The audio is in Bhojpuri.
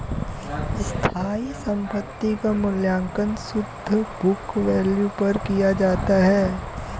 स्थायी संपत्ति क मूल्यांकन शुद्ध बुक वैल्यू पर किया जाता है